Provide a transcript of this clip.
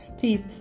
peace